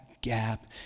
gap